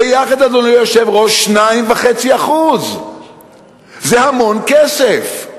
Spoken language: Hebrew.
ביחד, אדוני היושב-ראש, 2.5%. זה המון כסף.